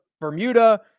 Bermuda